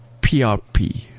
PRP